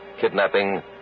kidnapping